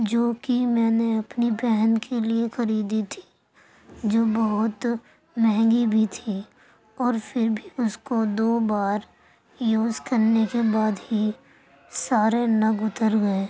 جو کہ میں نے اپنی پہن کے لیے خریدی تھی جو بہت مہنگی بھی تھی اور پھر بھی اس کو دو بار یوز کرنے کے بعد ہی سارے نگ اتر گئے